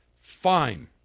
Fine